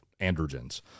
androgens